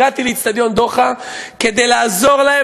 הגעתי לאצטדיון "דוחה" כדי לעזור להם